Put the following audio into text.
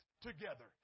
together